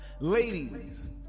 Ladies